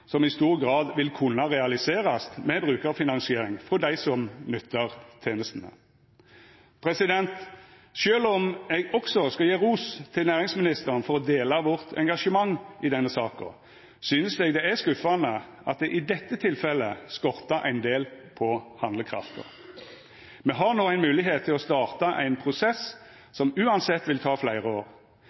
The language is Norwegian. som i stor grad vil kunna realiserast med brukarfinansiering frå dei som nyttar tenestene. Sjølv om eg også skal gje ros til næringsministeren for å dela engasjementet vårt i denne saka, synest eg det er skuffande at det i dette tilfellet skortar ein del på handlekrafta. Me har no ei moglegheit til å starta ein prosess som uansett vil ta fleire år.